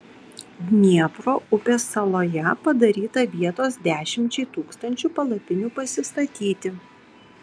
dniepro upės saloje padaryta vietos dešimčiai tūkstančių palapinių pasistatyti